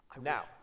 Now